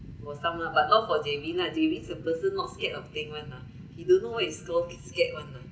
for some lah but not for javin lah javin's a person not scared of thing [one] lah he don't know what is called scared [one] lah